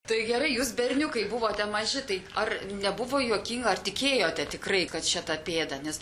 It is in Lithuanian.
tai gerai jūs berniukai buvote maži tai ar nebuvo juokinga ar tikėjote tikrai kad čia ta pėda nes